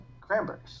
cranberries